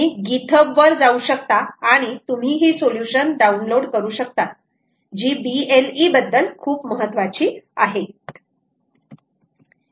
तुम्ही गीथब वर जाऊ शकता आणि तुम्ही ही सोल्यूशन्स डाउनलोड करू शकता जी बीएलई बद्दल खूप महत्वाची आहे